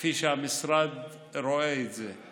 כפי שהמשרד רואה את זה.